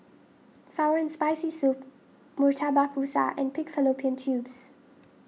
Sour and Spicy Soup Murtabak Rusa and Pig Fallopian Tubes